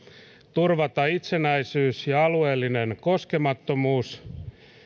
turvata itsenäisyys ja alueellinen koskemattomuus